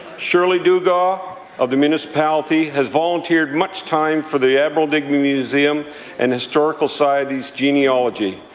shirley dugas of the municipality has volunteered much time for the admiral digby museum and historical society's genealogy,